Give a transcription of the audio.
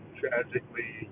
tragically